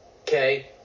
Okay